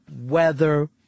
weather